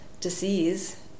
disease